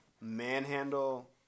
manhandle